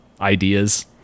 ideas